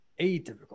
Atypical